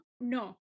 No